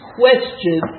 question